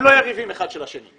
הם לא יריבים אחד של השני.